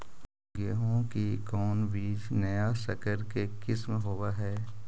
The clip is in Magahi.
गेहू की कोन बीज नया सकर के किस्म होब हय?